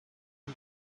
and